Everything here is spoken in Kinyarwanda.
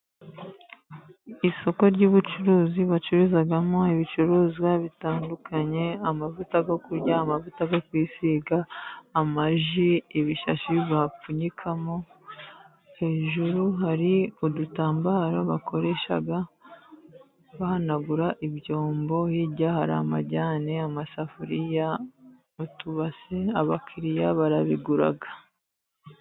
Isoko ry'ubucuruzi bacururizamo ibicuruzwa bitandukanye, amavuta yo kurya, amavuta ayo kwisiga, amaji, ibishashi bapfunyikamo, hejuru hari udutambaro bakoresha bahanagura ibyombo, hirya hari amajyane, amasafuriya n'utubase, abakiriya barabigura.